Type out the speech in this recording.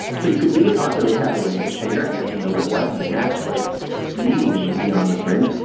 so you could be a popular cabaret entertainer as miller wasn't matchless comedian and beyond the fringe,